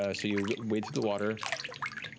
ah so you wade through the water.